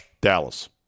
Dallas